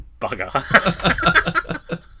bugger